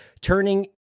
turning